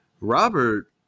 Robert